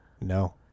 No